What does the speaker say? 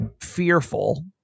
fearful